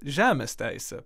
žemės teisę